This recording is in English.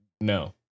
no